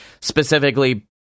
specifically